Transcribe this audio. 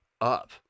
up